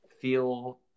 feel